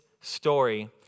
story